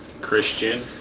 Christian